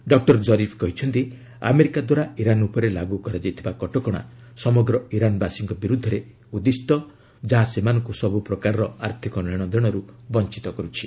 doctor Zarif କରିଛନ୍ତି America ଦ୍ୱାରା Iran ଉପରେ ଲାଗୁ କରାଯାଇଥିବା କଟକଣା ସମଗ୍ର ଇରାନ୍ବାସୀଙ୍କ ବିରୁଦ୍ଧରେ ଉଦ୍ଦିଷ୍ଟ ଯାହା ସେମାନଙ୍କୁ ସବୁପ୍ରକାରର ଆର୍ଥିକ ନେଣଦେଶରୁ ବଞ୍ଚିତ କରୁଛି